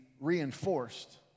reinforced